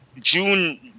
June